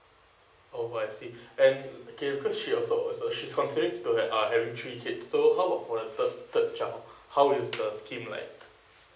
oh I see and okay cause she also so she's considering to have ah having three kids so how about for the third third child how is the scheme like